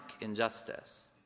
injustice